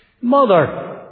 mother